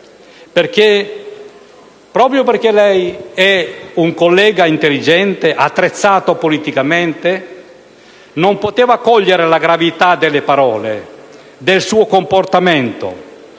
Proprio perché lei è un collega intelligente ed attrezzato politicamente, non poteva non cogliere la gravità delle sue parole e del suo comportamento.